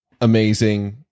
amazing